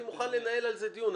אני מוכן לנהל על זה דיון.